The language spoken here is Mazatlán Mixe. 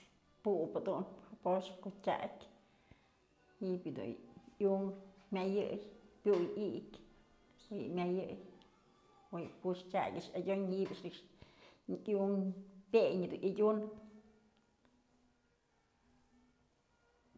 Pup'pë dun poxpë ko'o tyak, ji'ibyë dun iunkë myayëy pyuy i'ikë ji'i yë myay yëy ko'o yë po'ox tyak a'ax adyun ji'ib a'ax nëkxë i'unkë pyeñ dun adyum.